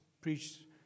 preached